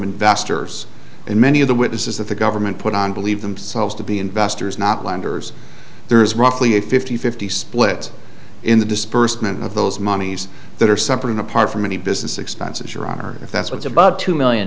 investors and many of the witnesses that the government put on believe themselves to be investors not lenders there is roughly a fifty fifty split in the dispersement of those monies that are suffering apart from any business expenses your honor if that's what's above two million